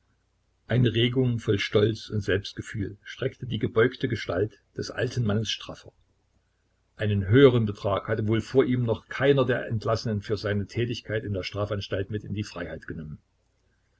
eine regung voll stolz und selbstgefühl streckte die gebeugte gestalt des alten mannes straffer einen höheren betrag hatte wohl vor ihm noch keiner der entlassenen für seine tätigkeit in der strafanstalt mit in die freiheit genommen